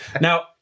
Now